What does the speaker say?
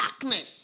darkness